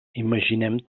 imaginem